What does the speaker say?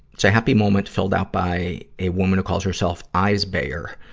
it's a happy moment filled out by a woman who calls herself eisbaer,